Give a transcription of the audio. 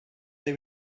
they